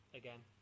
again